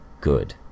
Good